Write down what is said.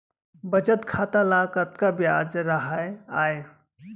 बचत खाता ल कतका ब्याज राहय आय?